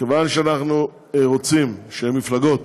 כיוון שאנחנו רוצים שמפלגות